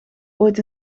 ooit